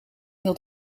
dat